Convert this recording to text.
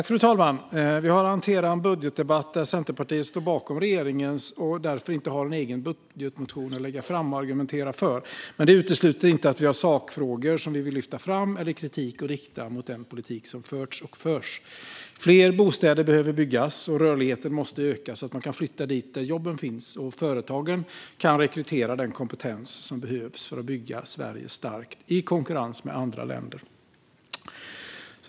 Fru talman! Vi har att hantera en budgetdebatt där Centerpartiet står bakom regeringens budget och därför inte har en egen budgetmotion att lägga fram och argumentera för. Det utesluter inte att vi har sakfrågor vi vill lyfta fram eller kritik att rikta mot den politik som förts och förs. Fler bostäder behöver byggas. Rörligheten måste öka, så att man kan flytta dit där jobben finns och så att företagen kan rekrytera den kompetens som behövs för att bygga Sverige starkt i konkurrens med andra länder.